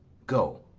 go,